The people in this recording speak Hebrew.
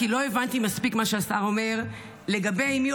כי לא הבנתי מספיק מה שהשר אומר לגבי מי